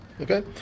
Okay